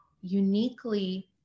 uniquely